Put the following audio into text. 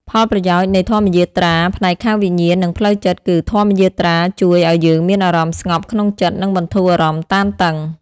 ផលប្រយោជន៍នៃធម្មយាត្រាផ្នែកខាងវិញ្ញាណ និងផ្លូវចិត្ត គឺ ធម្មយាត្រាជួយឲ្យយើងមានអារម្មណ៍ស្ងប់ក្នុងចិត្ត និងបន្ធូរអារម្មណ៍តានតឹង។